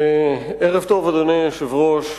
אדוני היושב-ראש,